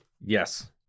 Yes